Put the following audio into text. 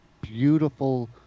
beautiful